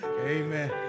amen